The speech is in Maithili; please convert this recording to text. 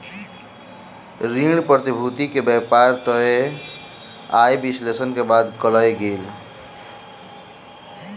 ऋण प्रतिभूति के व्यापार तय आय विश्लेषण के बाद कयल गेल